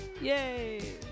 Yay